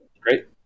Great